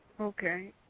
Okay